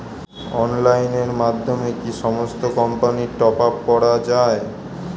অনলাইনের মাধ্যমে কি সমস্ত কোম্পানির টপ আপ করা যায়?